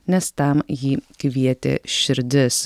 nes tam jį kvietė širdis